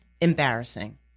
embarrassing